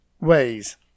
ways